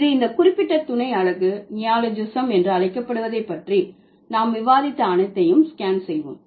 இது இந்த குறிப்பிட்ட துணை அலகு நியோலாஜிசம் என்று அழைக்கப்படுவதை பற்றி நாம் விவாதித்த அனைத்தையும் ஸ்கேன் செய்வோம்